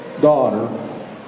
daughter